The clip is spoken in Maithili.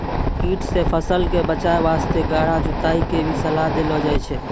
कीट सॅ फसल कॅ बचाय वास्तॅ गहरा जुताई के भी सलाह देलो जाय छै